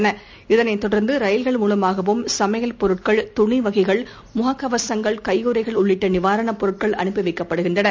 ன இதனைத் தொடர்ந்துரயில்கள் மூலமாகவும் சமையல் பொருட்கள் துணி வகைகள்முககவகங்கள் கையுறைகள் உள்ளிட்டநிவாரணப் பொருட்கள் அனுப்பிவைக்கப்படுகின்றன